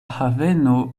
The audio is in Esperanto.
haveno